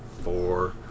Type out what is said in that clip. four